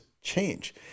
change